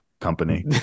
company